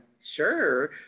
sure